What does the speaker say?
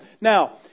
Now